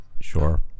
Sure